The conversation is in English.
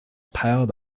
piled